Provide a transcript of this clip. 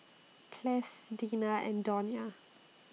Ples Deena and Donia